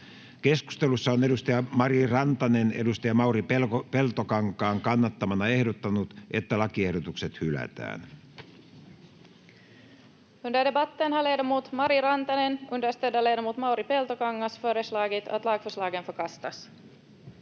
Keskustelussa on Mari Rantanen Mauri Peltokankaan kannattamana ehdottanut, että lakiehdotukset hylätään.